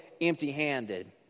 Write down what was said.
empty-handed